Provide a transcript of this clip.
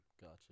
gotcha